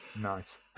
nice